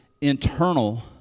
internal